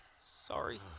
Sorry